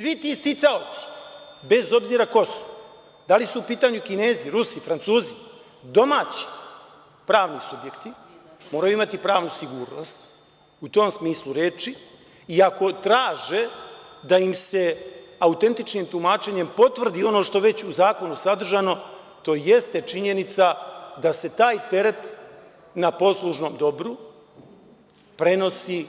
Svi ti sticaoci, bez obzira ko su, da li su u pitanju Kinezi, Rusi, Francuzi, domaći pravni subjekti, moraju imati pravnu sigurnost u tom smislu reči i ako traže da im se autentičnim tumačenjem potvrdi ono što je već u zakonu sadržano to jeste činjenica da se taj teret na poslužnom dobru prenosi